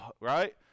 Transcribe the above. right